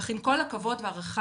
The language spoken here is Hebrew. אך עם כל הכבוד והערכה,